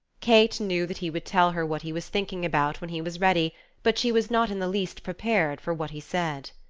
kate knew that he would tell her what he was thinking about when he was ready but she was not in the least prepared for what he said.